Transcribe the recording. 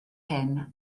hyn